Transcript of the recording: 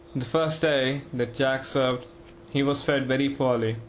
the first day that jack served he was fed very poorly,